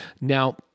Now